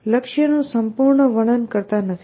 આપણે લક્ષ્યનું સંપૂર્ણ વર્ણન કરતા નથી